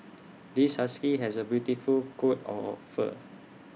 this husky has A beautiful coat of fur